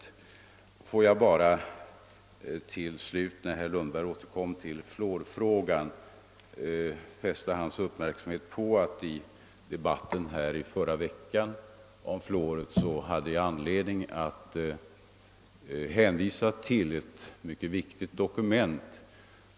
Eftersom herr Lundberg återkom till fluorfrågan, vill jag till slut bara fästa hans uppmärksamhet på att jag i debatten i förra veckan angående fluorideringen hade anledning att hänvisa till ett mycket viktig dokument.